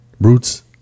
Roots